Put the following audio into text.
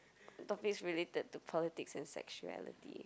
topics related to politics and sexuality